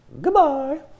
goodbye